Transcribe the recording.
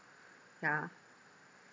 yeah